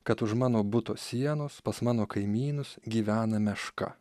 kad už mano buto sienos pas mano kaimynus gyvena meška